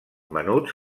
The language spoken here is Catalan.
menuts